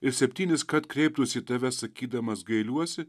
ir septynis kart kreiptųsi į tave sakydamas gailiuosi